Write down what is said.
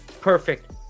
perfect